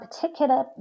particular